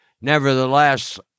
nevertheless